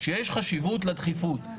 שיש חשיבות לדחיפות.